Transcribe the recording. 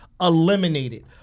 Eliminated